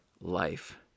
life